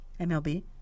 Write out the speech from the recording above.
MLB